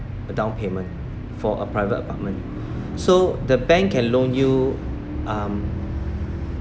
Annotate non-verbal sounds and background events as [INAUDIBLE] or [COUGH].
a down payment for a private apartment [BREATH] so the bank can loan you um